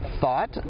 thought